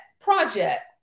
project